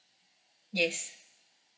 yes